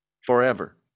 forever